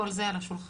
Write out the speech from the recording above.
כל זה על השולחן.